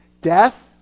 Death